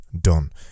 done